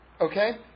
Okay